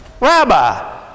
Rabbi